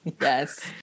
Yes